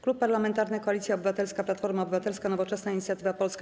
Klub Parlamentarny Koalicja Obywatelska - Platforma Obywatelska, Nowoczesna, Inicjatywa Polska,